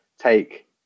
take